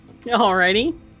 Alrighty